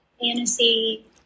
fantasy